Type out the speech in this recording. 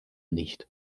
nicht